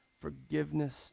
forgiveness